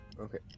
Okay